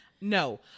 no